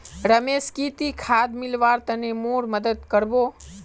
रमेश की ती खाद मिलव्वार तने मोर मदद कर बो